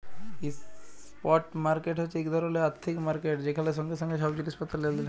spot market হছে ইক ধরলের আথ্থিক মার্কেট যেখালে সঙ্গে সঙ্গে ছব জিলিস পত্তর লেলদেল হ্যয়